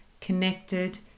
connected